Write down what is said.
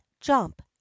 jump